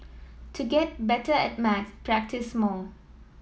to get better at maths practise more